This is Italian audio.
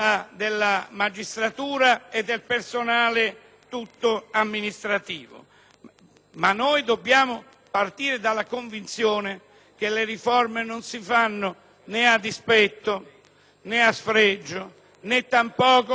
ma dobbiamo partire dalla convinzione che le riforme non si fanno né a dispetto, né a sfregio, né tampoco con l'idea di mutare forzosamente la Carta costituzionale, a cui noi